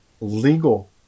legal